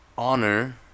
Honor